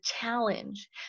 challenge